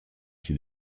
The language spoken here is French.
qui